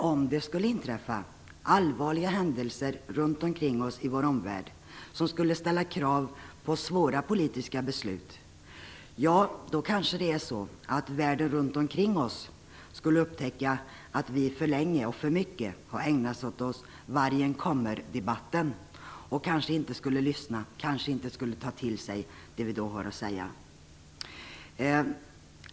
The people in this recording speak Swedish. Om det skulle inträffa allvarliga händelser i vår omvärld som skulle ställa krav på svåra politiska beslut, skulle kanske världen runt omkring oss upptäcka att vi för länge och för mycket har ägnat oss åt vargen-kommer-debatten och kanske inte skulle ta till sig det som vi då har att säga.